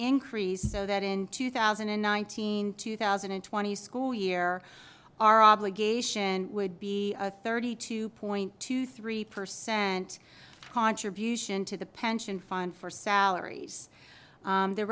increase so that in two thousand and nineteen two thousand and twenty school year our obligation would be a thirty two point two three percent contribution to the pension fund for salaries